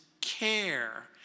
care